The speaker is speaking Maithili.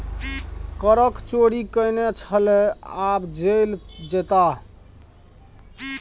करक चोरि केने छलय आब जेल जेताह